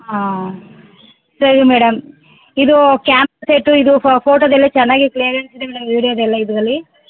ಹಾಂ ಸರಿ ಮೇಡಮ್ ಇದು ಕ್ಯಾಮ್ ಸೆಟ್ಟು ಇದು ಫ್ ಫೋಟೊದೆಲ್ಲ ಚೆನ್ನಾಗೆ ಕ್ಲಿಯರೆನ್ಸ್ ಇದೆಯಲ್ಲ ವಿಡಿಯೋದೆಲ್ಲ ಇದರಲ್ಲಿ